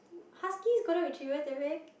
huskies golden retrievers they are very